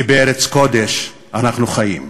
כי בארץ קודש אנחנו חיים.